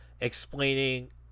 explaining